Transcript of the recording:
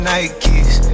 Nike's